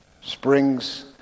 Springs